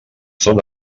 són